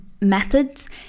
methods